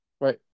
right